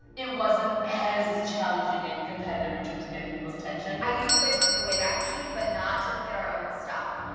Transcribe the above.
it wasn't as challenging and competitive in terms of getting people's attention. i use the like the wayback machine, but not to look at our own stuff.